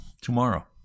tomorrow